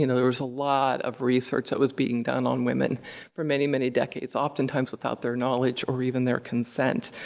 you know there was a lot of research that was being done on women for many, many decades, oftentimes without their knowledge or even their consent.